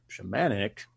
shamanic